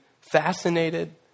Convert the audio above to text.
fascinated